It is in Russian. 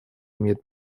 имеет